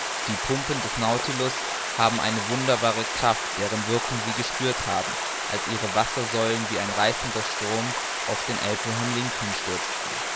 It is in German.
die pumpen des nautilus haben eine wunderbare kraft deren wirkung sie gespürt haben als ihre wassersäulen wie ein reißender strom auf den abraham lincoln stürzten